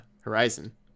Horizon